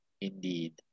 Indeed